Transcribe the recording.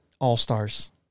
all-stars